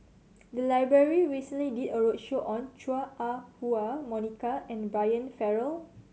the library recently did a roadshow on Chua Ah Huwa Monica and Brian Farrell